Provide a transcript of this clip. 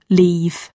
leave